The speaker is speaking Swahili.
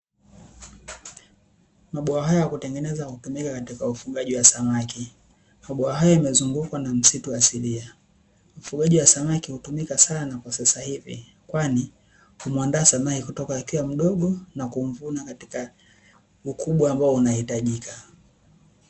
Mabwawa haya hutengenezwa kwa kutumika katika ufugaji wa samaki. Mabwawa haya yamezunukwa na msitu asilia. Ufugaji wa samaki hutumika sana kwa sasa hivi kwani, kumuandaa samaki ni kutoka akiwa mdogo na kumfuga ukubwa ambao unaohitajika.